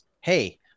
hey